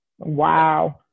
Wow